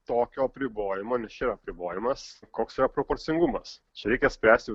tokio apribojimo nes čia yra apribojimas koks yra proporcingumas čia reikia spręsti